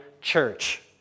church